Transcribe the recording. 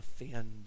offend